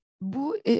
Bu